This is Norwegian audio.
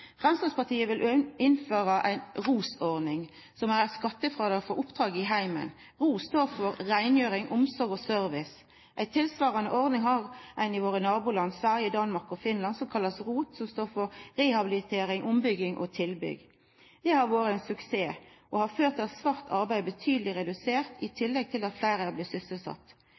Framstegspartiet vil innføra ei ROS-ordning, som er eit skattefrådrag for oppdrag i heimen. ROS står for reingjering, omsorg og service. Ei tilsvarande ordning har ein i våre naboland, Sverige, Danmark og Finland, som blir kalla ROT, som står for rehabilitering, ombygging og tilbygg. Det har vore ein suksess og ført til at svart arbeid er betydeleg redusert, i tillegg til at fleire